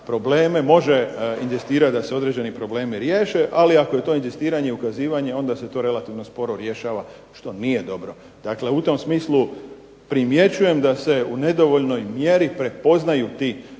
probleme, može inzistirati da se određeni problemi riješe. Ali ako je to inzistiranje ukazivanje onda se to relativno sporo rješava što nije dobro. Dakle, u tom smislu primjećujem da se u nedovoljnoj mjeri prepoznaju ti problemi